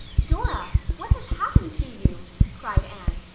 dora, what has happened to you? cried anne,